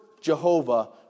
Jehovah